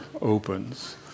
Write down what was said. opens